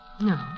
No